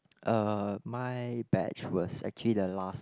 uh my batch was actually the last